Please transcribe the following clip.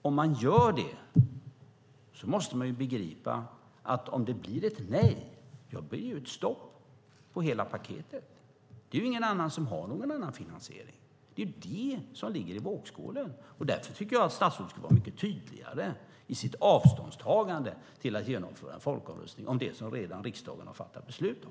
Om man gör det måste man inse att ifall det blir ett nej blir det också stopp för hela paketet. Det finns ingen som har någon annan finansiering. Det är det som ligger i vågskålen, och därför tycker jag att statsrådet borde vara mycket tydligare i sitt avståndstagande till att genomföra en folkomröstning om något som riksdagen redan har fattat beslut om.